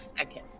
Okay